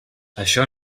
això